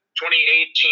2018